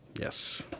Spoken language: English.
Yes